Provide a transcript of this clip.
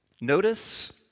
Notice